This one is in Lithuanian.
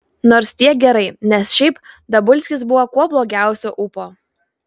nors tiek gerai nes šiaip dabulskis buvo kuo blogiausio ūpo